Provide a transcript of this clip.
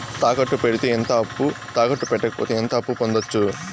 తాకట్టు పెడితే ఎంత అప్పు, తాకట్టు పెట్టకపోతే ఎంత అప్పు పొందొచ్చు?